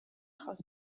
خواست